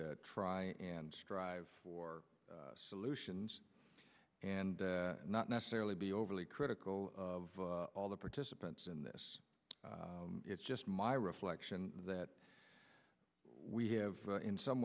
try and strive for solutions and not necessarily be overly critical of all the participants in this it's just my reflection that we have in some